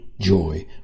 joy